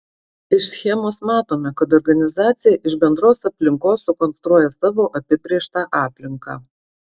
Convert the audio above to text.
iš schemos matome kad organizacija iš bendros aplinkos sukonstruoja savo apibrėžtą aplinką